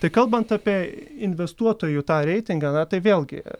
tai kalbant apie investuotojų tą reitingą na tai vėlgi